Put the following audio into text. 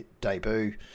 debut